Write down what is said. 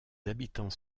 habitants